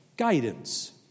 guidance